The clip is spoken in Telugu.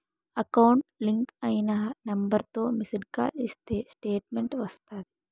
ఎకౌంట్ లింక్ అయిన నెంబర్తో మిస్డ్ కాల్ ఇస్తే స్టేట్మెంటు వస్తాది